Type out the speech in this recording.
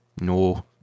No